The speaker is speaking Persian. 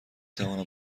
توانم